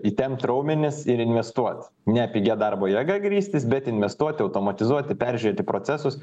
įtempt raumenis ir investuot ne pigia darbo jėga grįstis bet investuoti automatizuoti peržiūrėti procesus